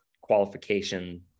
qualification